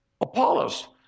Apollos